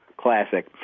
classic